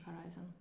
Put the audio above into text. horizon